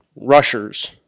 Rushers